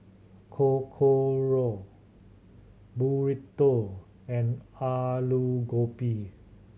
Korokke Burrito and Alu Gobi